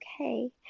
okay